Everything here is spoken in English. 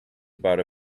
about